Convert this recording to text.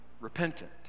repentant